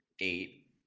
eight